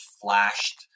flashed